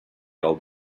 old